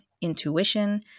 intuition